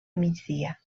migdia